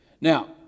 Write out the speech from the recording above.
Now